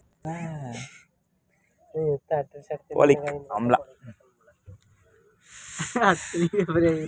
ತೂರ್ ದಾಲ್ ಇದರಲ್ಲಿ fibre, folic ಆಮ್ಲ, protein ಹೆಚ್ಚಾಗಿರುತ್ತದೆ